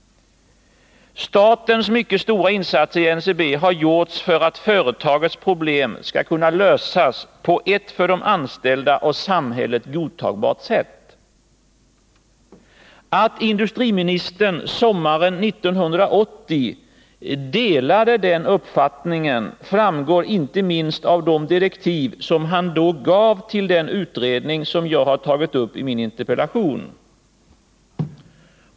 Statens mycket stora insatser i NCB har gjorts för att företagets problem skall kunna lösas på ett för de anställda och samhället godtagbart sätt. Att industriministern sommaren 1980 delade den uppfattningen framgår inte minst av de direktiv som han då gav till den utredning som jag har nämnt i min interpellation.